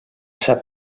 sap